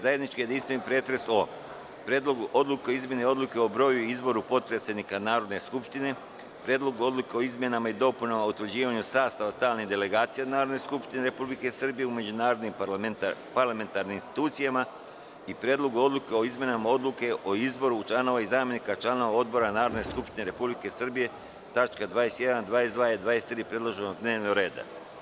Zajednički jedinstveni pretres o: Predlogu odluke o izmeni Odluke o broju i izboru potpredsednika Narodne skupštine; Predlogu odluke o izmenama Odluke o utvrđivanju sastava stalnih delegacija Narodne skupštine Republike Srbije u međunarodnim parlamentarnim institucijama; Predlogu odluke o izmenama Odluke o izboru članova i zamenika članova odbora Narodne skupštine Republike Srbije (tačka 21, 22. i 23. predloženog dnevnog reda)